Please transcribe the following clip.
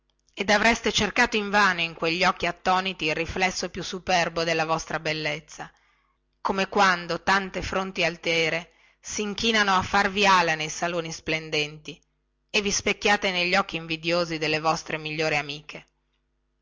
ed avreste cercato invano in quelli occhi attoniti il riflesso più superbo della vostra bellezza come quando tante fronti altere sinchinano a farvi ala nei saloni splendenti e vi specchiate negli occhi invidiosi delle vostre migliori amiche